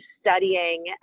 studying